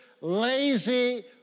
lazy